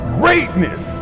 greatness